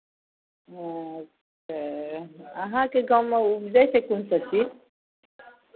ओ तऽ अहाँके गाममे उपजै छै कोन सभचीज